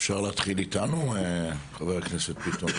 אפשר להתחיל אתנו ח"כ ביטון?